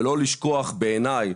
ולא לשכוח בעיניי,